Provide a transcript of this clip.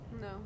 No